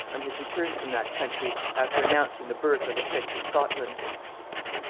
on his return from that country, after announcing the birth of the prince of scotland.